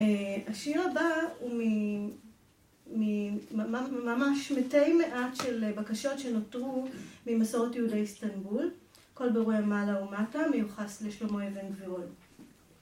אה... השיר הבא הוא מ... מ... ממ... ממש מתי מעט של בקשות שנותרו ממסורת יהודי אסטנבול, כל ברואי מעלה ומטה, מיוחס לשלמה אבן גבירול